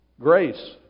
Grace